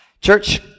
Church